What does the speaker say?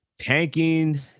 tanking